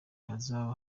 hazaba